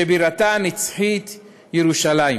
שבירתה הנצחית ירושלים.